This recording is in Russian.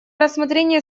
рассмотрения